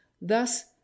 thus